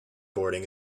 boarding